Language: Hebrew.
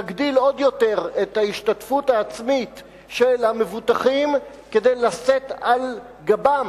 להגדיל עוד יותר את ההשתתפות העצמית של המבוטחים כדי לשאת על גבם,